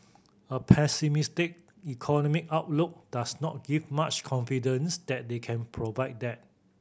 a pessimistic economic outlook does not give much confidence that they can provide that